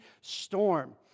storm